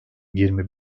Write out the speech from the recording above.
yirmi